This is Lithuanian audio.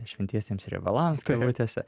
šventiesiems riebalams kabutėse